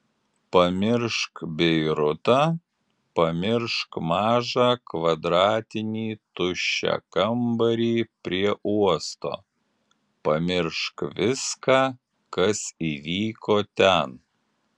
pamiršk beirutą pamiršk mažą kvadratinį tuščią kambarį prie uosto pamiršk viską kas įvyko ten